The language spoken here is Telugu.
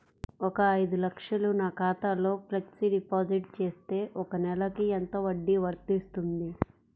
ఒక ఐదు లక్షలు నా ఖాతాలో ఫ్లెక్సీ డిపాజిట్ చేస్తే ఒక నెలకి ఎంత వడ్డీ వర్తిస్తుంది?